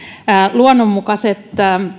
luonnonmukaiset